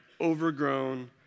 overgrown